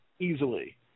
easily